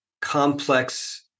complex